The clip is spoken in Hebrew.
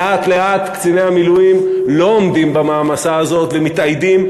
לאט-לאט קציני המילואים לא עומדים במעמסה הזאת ומתאיידים,